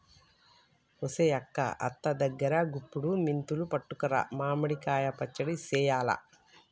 ఒసెయ్ అక్క అత్త దగ్గరా గుప్పుడి మెంతులు పట్టుకురా మామిడి కాయ పచ్చడి సెయ్యాల